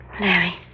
Larry